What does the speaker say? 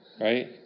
right